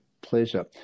pleasure